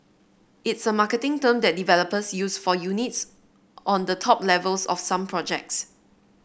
it's a marketing term that developers use for units on the top levels of some projects